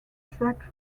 track